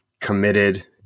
committed